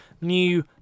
new